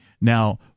Now